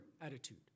attitude